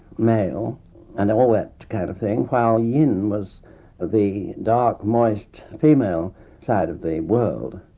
male and all that kind of thing, while yin was the dark, moist, female side of the world.